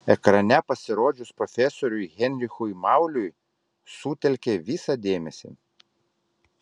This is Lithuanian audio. ekrane pasirodžius profesoriui heinrichui mauliui sutelkė visą dėmesį